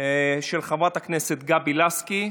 של חברת הכנסת גבי לסקי.